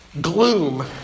gloom